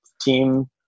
team